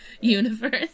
Universe